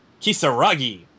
Kisaragi